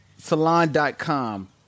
salon.com